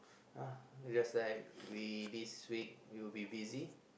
uh just like we this week we will be busy